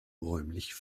räumlich